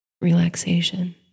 relaxation